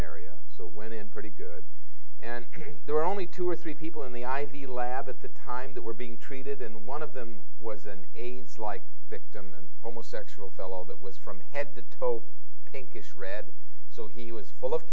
area so went in pretty good and there were only two or three people in the i v lab at the time that were being treated in one of them was an aids like victim and homosexual fellow that was from head to toe pinkish red so he was full of